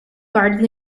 guard